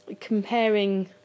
comparing